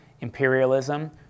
imperialism